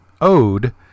Ode